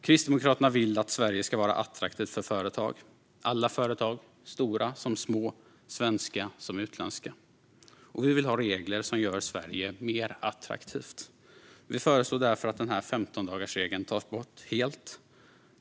Kristdemokraterna vill att Sverige ska vara attraktivt för företag - alla företag, stora som små, svenska som utländska. Och vi vill ha regler som gör Sverige mer attraktivt. Vi föreslår därför att 15-dagarsregeln tas bort helt.